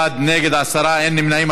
בעד, 41, נגד, עשרה, אין נמנעים.